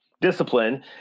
discipline